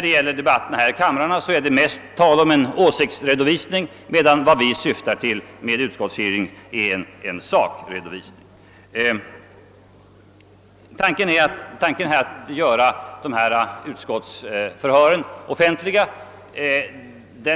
Debatten i våra kamrar är mest en åsiktsredovisning medan det som vi syftar till med utskottshearings är en sakredovisning. Tanken att göra utskottsförhören offentliga